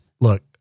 Look